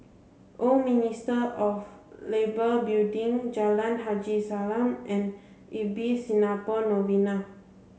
Old Ministry of Labour Building Jalan Haji Salam and Ibis Singapore Novena